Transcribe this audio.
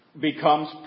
becomes